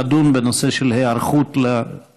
מליאת הכנסת תדון בנושא של היערכות לבצורת.